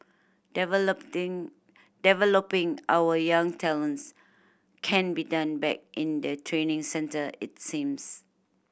developing our young talents can be done back in the training centre it seems